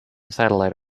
satellite